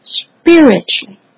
spiritually